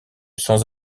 sans